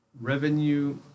revenue